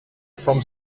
from